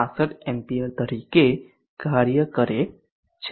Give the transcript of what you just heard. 65 ampere તરીકે કાર્ય કરે છે